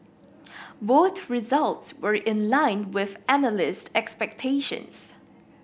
both results were in line with analyst expectations